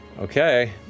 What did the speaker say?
Okay